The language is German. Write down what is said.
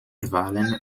wahlen